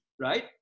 Right